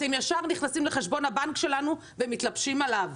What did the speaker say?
אתם ישר נכנסים לחשבון הבנק שלנו ומתלבשים עליו.